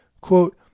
quote